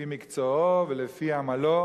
לפי מקצועו ולפי עמלו,